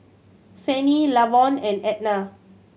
Sannie Lavon and Edna